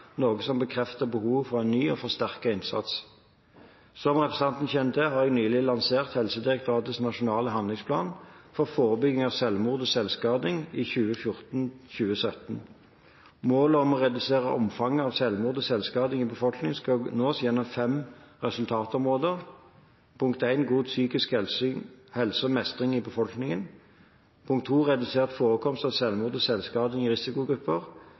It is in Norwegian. noe som bekrefter behovet for en ny og forsterket innsats. Som representanten Toppe kjenner til, har jeg nylig lansert Helsedirektoratets nasjonale Handlingsplan for forebygging av selvmord og selvskading i 2014–2017. Målet om å redusere omfanget av selvmord og selvskading i befolkningen skal nås gjennom fem resultatområder: god psykisk helse og mestring i befolkningen redusert forekomst av selvmord og selvskading i risikogrupper